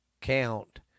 count